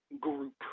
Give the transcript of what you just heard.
group